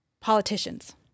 politicians